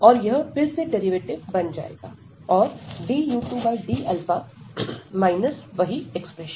और यह फिर से डेरिवेटिव बन जाएगा और du2d माइनस वही एक्सप्रेशन